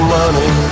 money